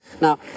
Now